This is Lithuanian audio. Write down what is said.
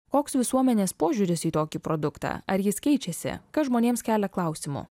koks visuomenės požiūris į tokį produktą ar jis keičiasi kas žmonėms kelia klausimų